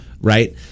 Right